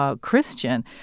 Christian